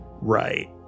Right